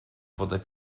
wodę